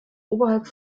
oberhalb